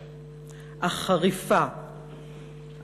חריפה,